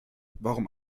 warum